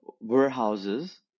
warehouses